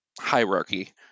hierarchy